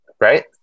Right